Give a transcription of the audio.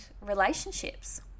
relationships